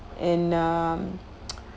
and uh